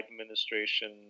administration